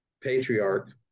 patriarch